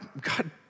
God